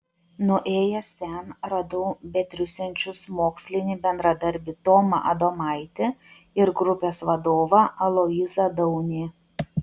nuėjęs ten radau betriūsiančius mokslinį bendradarbį tomą adomaitį ir grupės vadovą aloyzą daunį